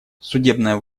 судебная